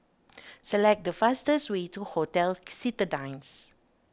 select the fastest way to Hotel Citadines